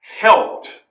helped